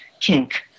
kink